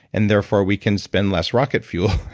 and therefore we can spend less rocket fuel,